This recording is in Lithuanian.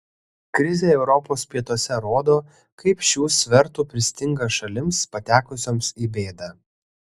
krizė europos pietuose rodo kaip šių svertų pristinga šalims patekusioms į bėdą